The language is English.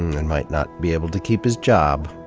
and might not be able to keep his job.